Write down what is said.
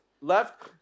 left